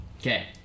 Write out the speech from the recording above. Okay